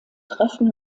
treffen